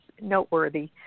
noteworthy